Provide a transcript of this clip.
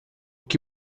que